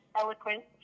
eloquent